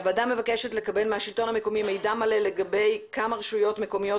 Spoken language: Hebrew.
הוועדה מבקשת לקבל מהשלטון המקומי מידע מלא לגבי בכמה רשויות מקומיות